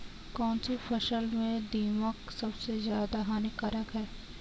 कौनसी फसल में दीमक सबसे ज्यादा हानिकारक है?